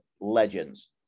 legends